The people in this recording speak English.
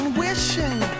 wishing